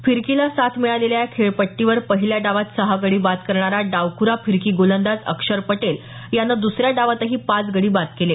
फिरकीला साथ मिळालेल्या या खेळपट्टीवर पहिल्या डावात सहा गडी बाद करणारा डावख्रा फिरकी गोलंदाज अक्षर पटेल यानं द्सऱ्या डावातही पाच गडी बाद केले